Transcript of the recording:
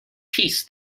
peace